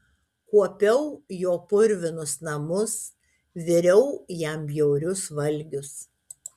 kuopiau jo purvinus namus viriau jam bjaurius valgius